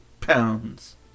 pounds